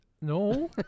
No